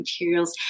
materials